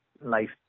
life